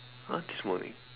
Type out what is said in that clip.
!huh! this morning